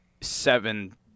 seven